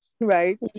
Right